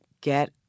get